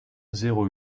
zéro